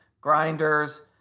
grinders